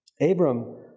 Abram